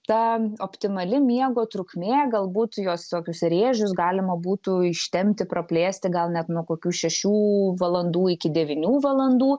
ta optimali miego trukmė galbūt juos tokius rėžius galima būtų ištempti praplėsti gal net nuo kokių šešių valandų iki devynių valandų